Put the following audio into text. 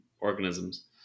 organisms